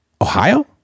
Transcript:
Ohio